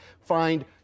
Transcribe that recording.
find